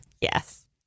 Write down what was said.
Yes